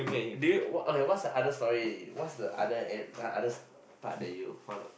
do you what okay what's the other story what's the other end others part that you found out